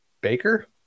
Baker